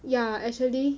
ya actually